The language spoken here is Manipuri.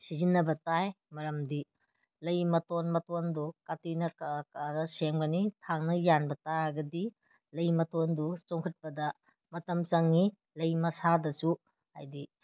ꯁꯤꯖꯤꯟꯅꯕ ꯇꯥꯏ ꯃꯔꯝꯗꯤ ꯂꯩ ꯃꯇꯣꯟ ꯃꯇꯣꯟꯗꯨ ꯀꯥꯇꯤꯅ ꯀꯛꯑ ꯀꯛꯑꯒ ꯁꯦꯝꯒꯅꯤ ꯊꯥꯡꯅ ꯌꯥꯟꯕ ꯇꯥꯔꯒꯗꯤ ꯂꯩ ꯃꯇꯣꯟꯗꯨ ꯆꯣꯡꯈꯠꯄꯗ ꯃꯇꯝ ꯆꯪꯉꯤ ꯂꯩ ꯃꯁꯥꯗꯁꯨ ꯍꯥꯏꯗꯤ